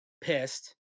pissed